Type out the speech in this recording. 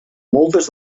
moltes